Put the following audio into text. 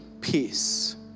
peace